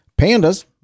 Pandas